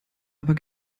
aber